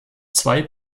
zwei